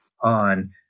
on